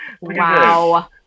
Wow